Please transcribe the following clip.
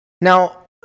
Now